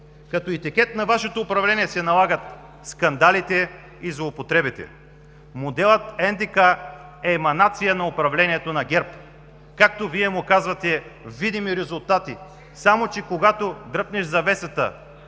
Като етикет на Вашето управление се налагат скандалите и злоупотребите. Моделът НДК е еманация на управлението на ГЕРБ – както Вие му казвате, „видими резултати”, само че, когато дръпнеш завесата,